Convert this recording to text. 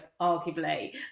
arguably